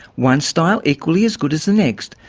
one style equally as good as the next,